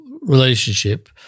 relationship